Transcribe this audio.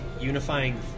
unifying